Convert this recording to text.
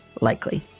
likely